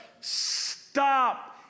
Stop